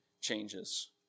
changes